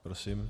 Prosím.